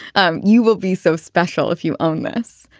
um you will be so special if you own this.